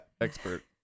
expert